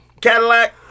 Cadillac